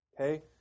okay